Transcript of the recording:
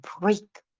break